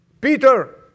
Peter